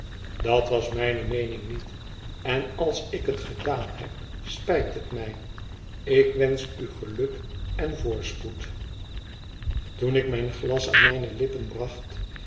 dat was mijne meening niet en als ik hetgedaan heb spijt het mij ik wensch u geluk en voorspoed toen ik mijn glas aan mijne lippen bracht